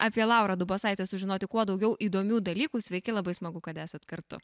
apie laurą dubosaitę sužinoti kuo daugiau įdomių dalykų sveiki labai smagu kad esat kartu